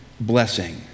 Blessing